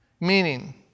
Meaning